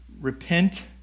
Repent